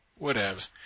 whatevs